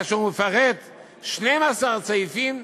כאשר הוא מפרט 12 סעיפים,